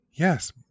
Yes